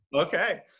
Okay